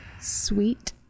Sweet